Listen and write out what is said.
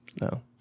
No